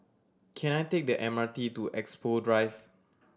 can I take the M R T to Expo Drive